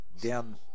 down